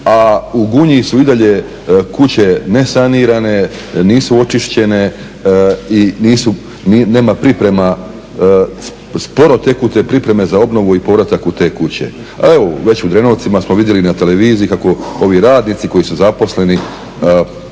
a u Gunji su i dalje kuće nesanirane, nisu očišćene i nema priprema, sporo teku te pripreme za obnovu i povratak u te kuće. Evo već u Drenovcima smo vidjeli na televiziji kako ovi radnici koji su zaposleni